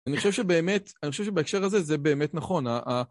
אני חושב שבאמת, אני חושב שבהקשר הזה זה באמת נכון.